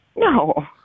No